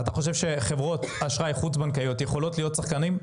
חברות אשראי חוץ-בנקאיות יכולות להיות שחקניות?